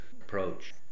approach